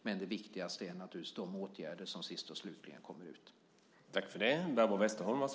Men viktigast är naturligtvis de åtgärder som sist och slutligen kommer att vidtas.